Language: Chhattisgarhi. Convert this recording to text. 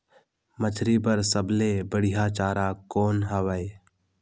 मछरी बर सबले बढ़िया चारा कौन हवय?